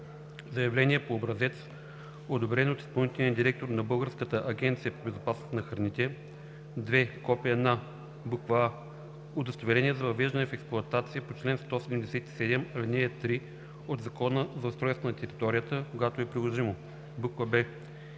заявление по образец, одобрен от изпълнителния директор на Българската агенция по безопасност на храните; 2. копие на: а) удостоверение за въвеждане в експлоатация по чл. 177, ал. 3 от Закона за устройство на територията – когато е приложимо; б)